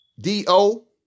D-O